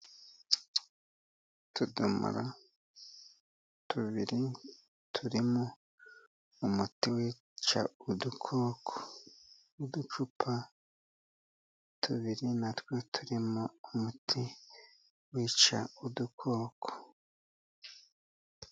Utudomoro tubiri, turimo umuti wica udukoko n'uducupa tubiri, natwo turimo umuti wica udukoko.